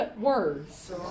words